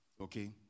Okay